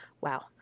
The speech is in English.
Wow